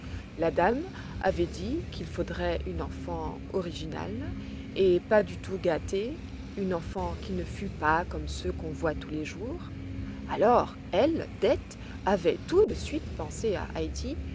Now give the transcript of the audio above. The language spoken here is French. la dame avait dit qu'il faudrait une enfant originale et pas du tout gâtée une enfant qui ne fût pas comme ceux qu'on voit tous les jours alors elle dete avait tout de suite pensé à heidi